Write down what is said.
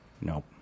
Nope